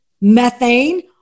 methane